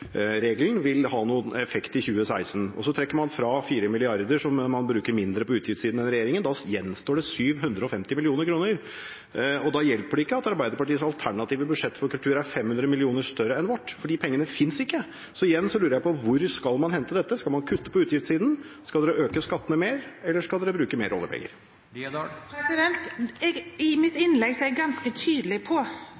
vil ha noen effekt i 2016. Så trekker man fra 4 mrd. kr som man bruker mindre på utgiftssiden enn regjeringen. Da gjenstår det 750 mill. kr, og da hjelper det ikke at Arbeiderpartiets alternative budsjett for kultur er 500 mill. kr større enn vårt, for de pengene finnes ikke. Så igjen lurer jeg på: Hvor skal man hente dette? Skal man kutte på utgiftssiden? Skal man øke skattene mer? Eller skal man bruke mer oljepenger? I mitt innlegg er jeg ganske tydelig på